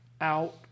out